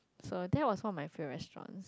so that was what my favourite restaurant